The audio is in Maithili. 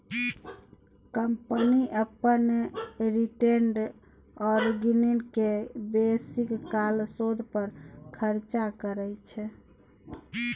कंपनी अपन रिटेंड अर्निंग केँ बेसीकाल शोध पर खरचा करय छै